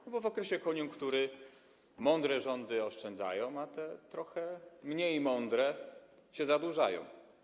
Dlatego że w okresie koniunktury mądre rządy oszczędzają, a te trochę mniej mądre się zadłużają.